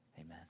amen